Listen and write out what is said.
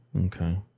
Okay